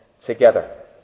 together